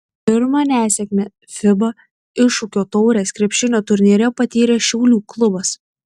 pirmą nesėkmę fiba iššūkio taurės krepšinio turnyre patyrė šiaulių klubas